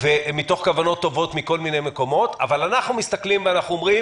מתוך כוונות טובות מכל מיני מקומות אבל אנחנו מסתכלים ואומרים